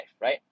right